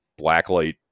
blacklight